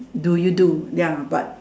do you do ya but